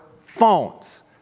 phones